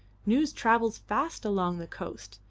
news travels fast along the coast.